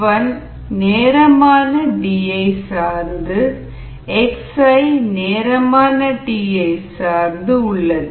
F1 நேரமான டியை சார்ந்து xi நேரமான டியை சார்ந்து உள்ளது